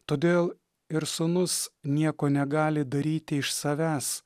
todėl ir sūnus nieko negali daryti iš savęs